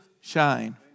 shine